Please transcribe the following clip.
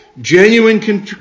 genuine